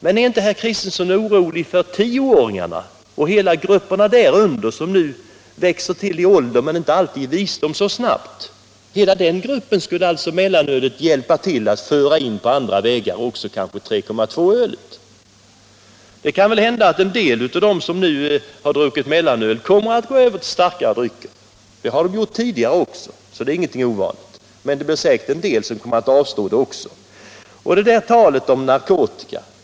Men är inte herr Kristenson orolig för tioåringarna och grupperna därunder som växer till i ålder men inte alltid så snabbt i visdom? Alla dessa skulle mellanölet hjälpa till att föra in på olämpliga vägar, kanske också 3,2-ölet. Det kan väl hända att en del av dem som har druckit mellanöl kommer att gå över till starkare drycker. Det har de gjort tidigare också, så det är ingenting ovanligt, men säkert kommer också en del att avstå från det. Och så talet om narkotika.